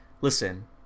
listen